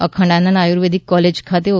Akhandanand Ayurved College ખાતે ઓ